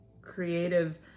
creative